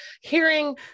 hearing